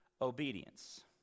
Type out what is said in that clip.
obedience